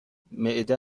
معده